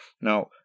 Now